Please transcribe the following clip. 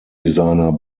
designer